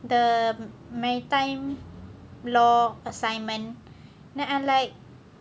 the maritime law assignment then I like